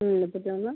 ம் முப்பத்தி ஒன்று